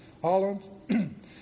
Holland